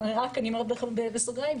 אני אומרת לכם בסוגריים,